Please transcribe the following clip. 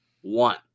One